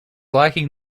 lacking